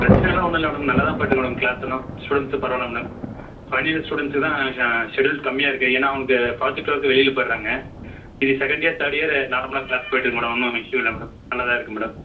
பிரச்சனைல்லாம் ஒன்னுமில்ல மேடம் நல்லா தான் போய்ட்ருக்கு மேடம் க்ளாஸுலலாம் ஸ்டுடண்ஸு பரவாயில்ல மேடம் பைனல் இயர் ஸ்டுடண்ஸுக்குதான் ஷெட்யூல் கம்மியாக இருக்குது ஏன்னா அவங்களுக்கு புராஜெக்ட் ஒர்க் வெளியில் போய்ட்றாங்க மீதி செக்கெண்ட் இயர் தேர்ட் இயர் நார்மலாக க்ளாஸ் போய்ட்ருக்கு மேடம் ஒன்றும் இஸ்ஸு இல்லை மேடம் நல்லா தான் இருக்குது மேடம்